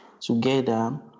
together